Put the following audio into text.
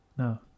No